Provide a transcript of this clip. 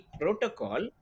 protocol